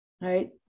Right